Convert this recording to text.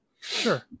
Sure